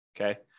Okay